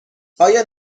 آیا